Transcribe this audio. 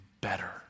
better